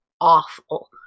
awful